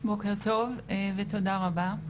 בוקר טוב ותודה רבה.